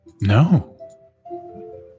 No